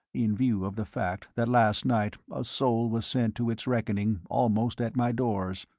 in view of the fact that last night a soul was sent to its reckoning almost at my doors.